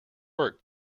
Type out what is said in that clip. work